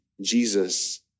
Jesus